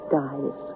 dies